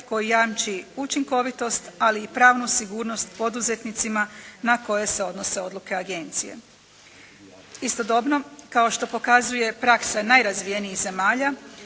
koji jamči učinkovitost ali i pravnu sigurnost poduzetnicima na koje se odnose odluke agencije. Istodobno kao što pokazuje praksa najrazvijenijih zemalja